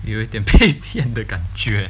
有一点被骗的感觉